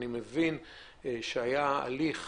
אני מבין שהיה הליך